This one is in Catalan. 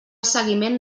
seguiment